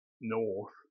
north